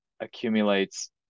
accumulates